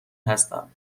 هستم